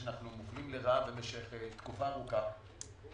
שאנחנו מופלים לרעה במשך תקופה ארוכה.